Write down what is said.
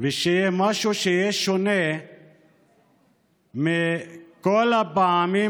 ושיהיה משהו שיהיה שונה מכל הפעמים